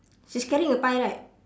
she's carrying a pie right